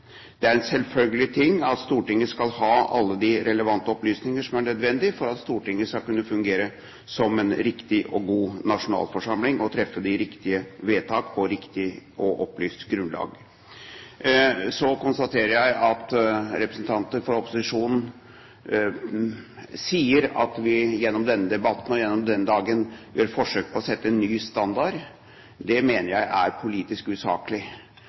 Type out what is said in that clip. Det er en selvfølgelig ting at Stortinget skal ha alle de relevante opplysninger som er nødvendig for at Stortinget skal kunne fungere som en riktig og god nasjonalforsamling og treffe de riktige vedtak på riktig og opplyst grunnlag. Så konstaterer jeg at representanter for opposisjonen sier at vi gjennom denne debatten og gjennom denne dagen gjør forsøk på å sette en ny standard. Det mener jeg er politisk usaklig,